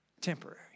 Temporary